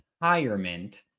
retirement